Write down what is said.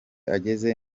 ageze